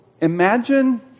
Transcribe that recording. imagine